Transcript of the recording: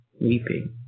weeping